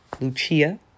Lucia